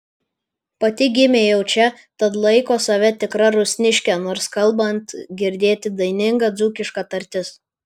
pati gimė jau čia tad laiko save tikra rusniške nors kalbant girdėti daininga dzūkiška tartis